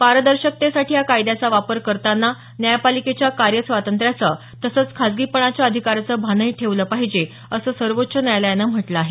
पारदर्शिकतेसाठी या कायद्याचा वापर करताना न्यायपालिकेच्या कार्य स्वातंत्र्याचं तसंच खाजगीपणाच्या अधिकाराचं भानही ठेवलंच पाहिजे असं सर्वोच्व न्यायालयानं म्हटलं आहे